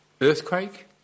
earthquake